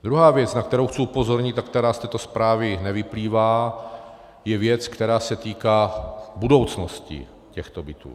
Druhá věc, na kterou chci upozornit a která z této zprávy nevyplývá, je věc, která se týká budoucnosti těchto bytů.